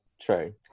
True